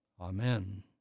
Amen